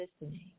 listening